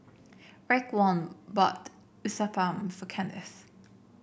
Raekwon bought Uthapam for Kennth